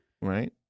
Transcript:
right